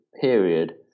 period